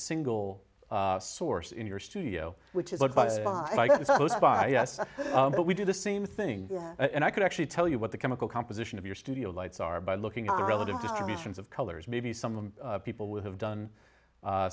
single source in your studio which is like by us but we do the same thing and i could actually tell you what the chemical composition of your studio lights are by looking at the relative distributions of colors maybe some people would have done